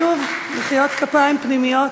שוב, מחיאות כפיים פנימיות.